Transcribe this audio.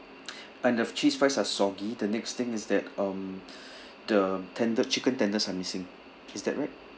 and the cheese fries are soggy the next thing is that um the tender chicken tenders are missing is that right